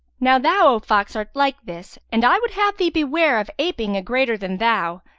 now thou, o fox, art like this and i would have thee beware of aping a greater than thou,